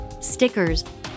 stickers